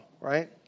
right